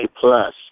plus